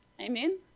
Amen